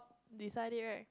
beside it right